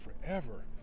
forever